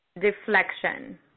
Deflection